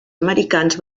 americans